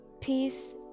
peace